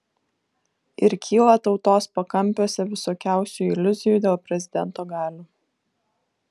ir kyla tautos pakampiuose visokiausių iliuzijų dėl prezidento galių